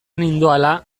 nindoala